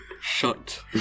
Shut